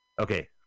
Okay